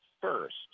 FIRST